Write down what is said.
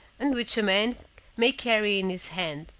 and which a man may carry in his hand.